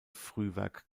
frühwerk